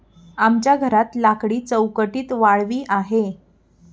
आमच्या घरात लाकडी चौकटीत वाळवी आहे